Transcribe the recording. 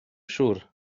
siŵr